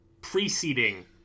preceding